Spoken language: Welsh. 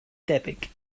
debyg